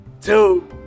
two